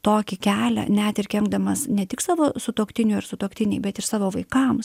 tokį kelią net ir kenkdamas ne tik savo sutuoktiniui ar sutuoktinei bet ir savo vaikams